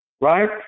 right